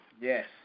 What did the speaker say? Yes